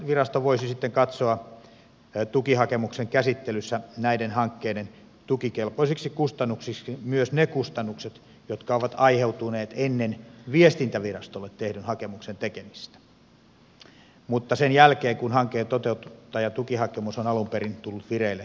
viestintävirasto voisi sitten katsoa tukihakemuksen käsittelyssä näiden hankkeiden tukikelpoisiksi kustannuksiksi myös ne kustannukset jotka ovat aiheutuneet ennen viestintävirastolle tehdyn hakemuksen tekemistä mutta sen jälkeen kun hankkeen toteuttajan tukihakemus on alun perin tullut vireille ely keskuksessa